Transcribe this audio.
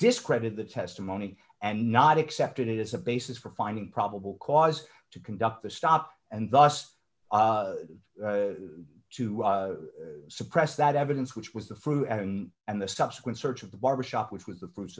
discredited the testimony and not accepted it as a basis for finding probable cause to conduct the stop and thus to suppress that evidence which was the fruit and the subsequent search of the barbershop which with the fruits